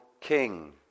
king